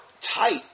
tight